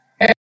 Hey